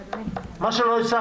אז מה, אז למה באתי?